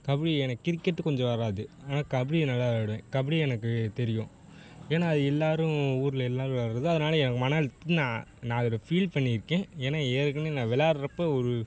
கபடி எனக்கு கிரிக்கெட் கொஞ்சம் வராது ஆனால் கபடி நல்லா விளாடுவேன் கபடி எனக்கு தெரியும் ஏன்னா அது எல்லாரும் ஊர்ல எல்லாரும் விளையாட்றது அதனால எனக்கு மன அழுத்தத்துக்கு நான் நான் அதில் ஃபீல் பண்ணியிருக்கேன் ஏன்னா ஏற்கனே நான் விளையாடுறப்ப ஒரு